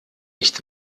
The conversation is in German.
nicht